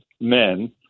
men